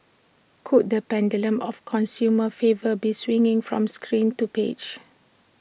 could the pendulum of consumer favour be swinging from screen to page